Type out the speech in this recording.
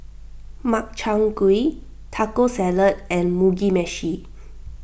Makchang Gui Taco Salad and Mugi Meshi